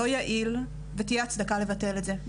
לא יעיל ותהיה הצדקה לבטל את זה.